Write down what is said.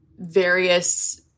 various